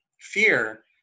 fear